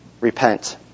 repent